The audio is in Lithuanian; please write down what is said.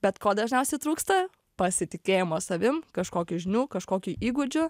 bet ko dažniausiai trūksta pasitikėjimo savim kažkokių žinių kažkokį įgūdžių